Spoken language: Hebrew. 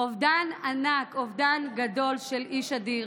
אובדן ענק, אובדן גדול של איש אדיר.